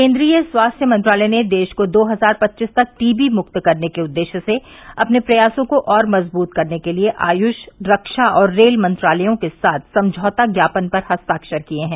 केन्द्रीय स्वास्थ्य मंत्रालय ने देश को दो हजार पच्चीस तक टीबीमुक्त करने के उद्देश्य से अपने प्रयासों को और मजबूत करने के लिये आयुष रक्षा और रेल मंत्रालयों के साथ समझौता ज्ञापन पर हस्ताक्षर किये हैं